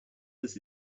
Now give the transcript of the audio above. this